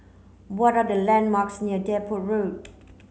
what are the landmarks near Depot Road